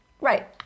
right